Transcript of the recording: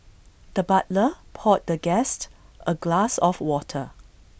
the butler poured the guest A glass of water